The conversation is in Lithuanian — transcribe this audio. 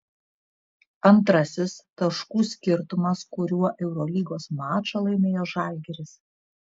antrasis taškų skirtumas kuriuo eurolygos mačą laimėjo žalgiris